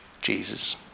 Jesus